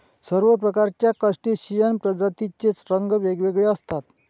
सर्व प्रकारच्या क्रस्टेशियन प्रजातींचे रंग वेगवेगळे असतात